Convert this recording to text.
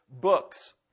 books